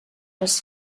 les